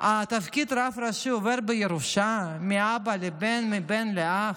תפקיד הרב הראשי עובר בירושה מאבא לבן, מבן לאח?